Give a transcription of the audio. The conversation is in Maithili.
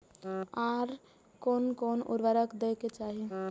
आर कोन कोन उर्वरक दै के चाही?